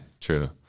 True